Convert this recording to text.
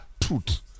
truth